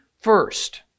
first